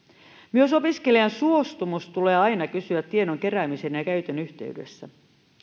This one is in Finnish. myös opiskelijan suostumus tulee aina kysyä tiedon keräämisen ja käytön yhteydessä